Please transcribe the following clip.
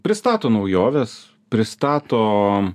pristato naujoves pristato